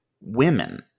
women